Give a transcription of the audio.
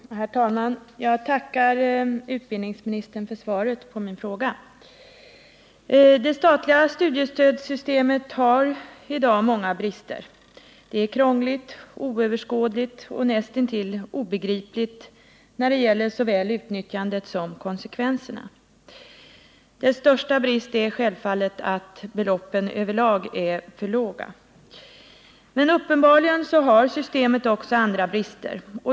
Herr talman! Jag tackar utbildningsministern för svaret på min fråga. Det statliga studiestödssystemet har i dag många brister. Det är krångligt, 5 oöverskådligt och näst intill obegripligt när det gäller såväl utnyttjandet som konsekvenserna. Dess största brist är självfallet att beloppen över lag är för låga. Men uppenbarligen har systemet också andra brister.